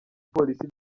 police